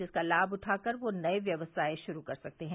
जिसका लाभ उठाकर वे नये व्यवसाय शुरू कर सकते हैं